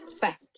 Fact